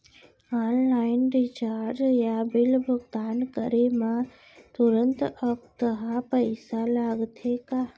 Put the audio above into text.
Online recharge या bill भुगतान करे मा तुरंत अक्तहा पइसा लागथे का?